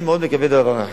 אני מאוד מקווה דבר אחד,